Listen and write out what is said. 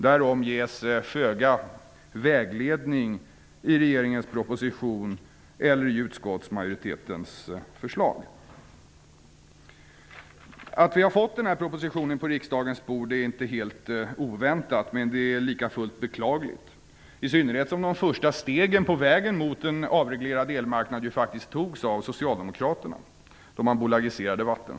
Därom ges föga vägledning i regeringens proposition eller i utskottsmajoritetens förslag. Att vi har fått den här propositionen på riksdagens bord är inte helt oväntat, men det är likafullt beklagligt - i synnerhet som de första stegen på vägen mot en avreglerad elmarknad faktiskt togs av Socialdemokraterna när Vattenfall bolagiserades.